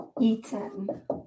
eaten